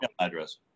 address